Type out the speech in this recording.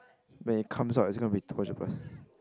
when it comes out it's gonna be two hundred plus